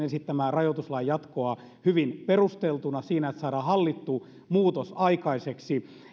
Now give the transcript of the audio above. esittämää rajoituslain jatkoa hyvin perusteltuna sikäli että saadaan hallittu muutos aikaiseksi